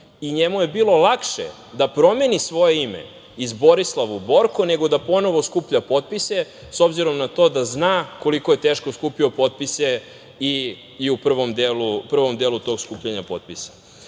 I njemu je bilo lakše da promeni svoje ime iz Borislav u Borko, nego da ponovo skuplja potpise, s obzirom na to da zna koliko je teško skupio potpise i u prvom delu tog skupljanja potpisa.Međutim,